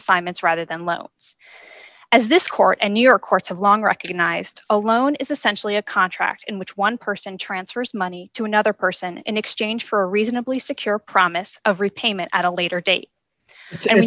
assignments rather than low as this court and new york courts have long recognized alone is essentially a contract in which one person transfers money to another person in exchange for a reasonably secure promise of repayment at a later date